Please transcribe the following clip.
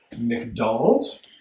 McDonald's